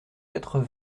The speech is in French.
quatre